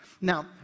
Now